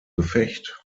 gefecht